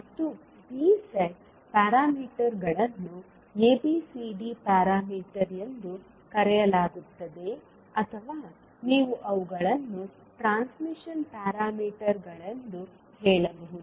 ಮತ್ತು ಈ ಸೆಟ್ ಪ್ಯಾರಾಮೀಟರ್ಗಳನ್ನು ABCD ಪ್ಯಾರಾಮೀಟರ್ ಎಂದು ಕರೆಯಲಾಗುತ್ತದೆ ಅಥವಾ ನೀವು ಅವುಗಳನ್ನು ಟ್ರಾನ್ಸ್ಮಿಷನ್ ಪ್ಯಾರಾಮೀಟರ್ಗಳೆಂದೂ ಹೇಳಬಹುದು